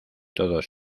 todos